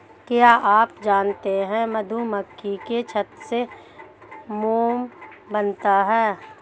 क्या आप जानते है मधुमक्खी के छत्ते से मोम बनता है